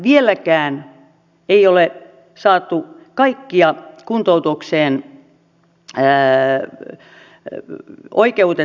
vieläkään ei ole saatu kaikkia kuntoutukseen oikeutettuja kiinni